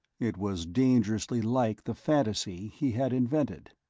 it was dangerously like the fantasy he had invented.